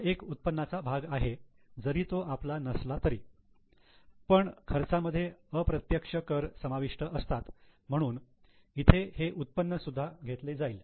हा एक उत्पन्नाचा भाग आहे जरी तो आपला नसला तरी पण खर्चामध्ये अप्रत्यक्ष कर समाविष्ट असतात म्हणून इथे हे उत्पन्न सुद्धा घेतले जाईल